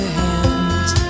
hands